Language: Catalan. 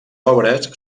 obres